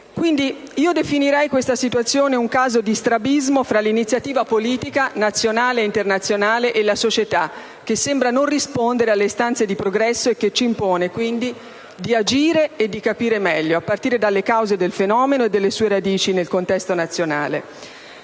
Definirei questa situazione un caso di strabismo fra l'iniziativa politica - nazionale ed internazionale - e la società, che sembra non rispondere alle istanze di progresso e che ci impone, dunque, di agire e di capire meglio, cominciando dalle cause del fenomeno e dalle sue radici nel contesto nazionale.